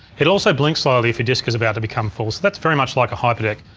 it also blinks slightly if your disk is about to become full. so that's very much like a hyperdeck.